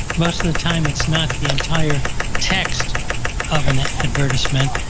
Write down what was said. most of the time it's not the entire text of an advertisement,